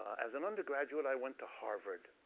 as an undergraduate, i went to harvard.